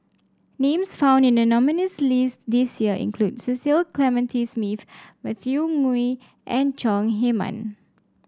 names found in the nominees' list this year include Cecil Clementi Smith Matthew Ngui and Chong Heman